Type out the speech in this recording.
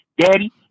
Daddy